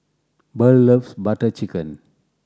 Burl loves Butter Chicken